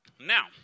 Now